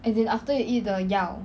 as in after you eat the 药